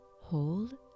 hold